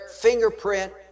fingerprint